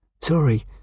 Sorry